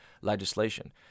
legislation